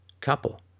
couple